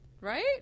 Right